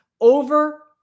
over